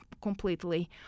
completely